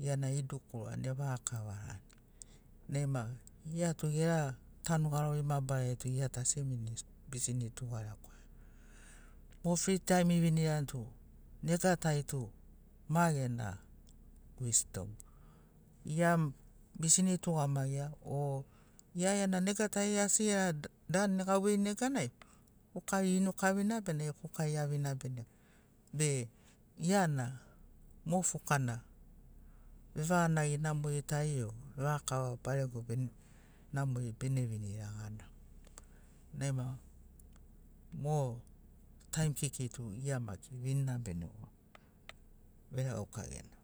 gia na idukurani, evaga kavarani, naima gia tu gera tanu garori mabarari ai tu asi bisini tugarekwaia. Mo fri taim ivinirani tu nega tari tu ma gena wisdom. Gia bisini tugamagia o gia gena nega tari asi gera danu gauvei neganai fuka inukavina bena fuka iavina bene gora, be gia na mo fuka na vevaga nagi namori tari o vevaga kava barego e namori bene vinira gana. Naima mo taim kekei tu gia maki vinina bene gora, veregauka gena